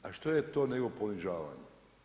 A što je to nego ponižavanje?